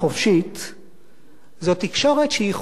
זו תקשורת שהיא חופשית לבקר את הממשלה,